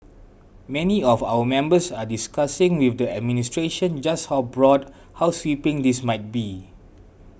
many of our members are discussing with the administration just how broad how sweeping this might be